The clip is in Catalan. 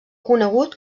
conegut